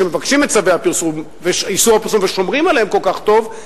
שמבקשים את צווי איסור הפרסום ושומרים עליהם כל כך טוב,